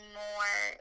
more